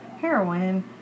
heroin